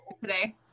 today